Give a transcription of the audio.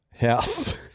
house